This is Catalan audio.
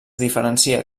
diferencia